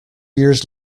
years